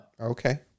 Okay